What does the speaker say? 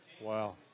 Wow